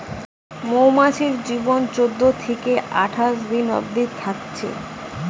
মৌমাছির জীবন চোদ্দ থিকে আঠাশ দিন অবদি থাকছে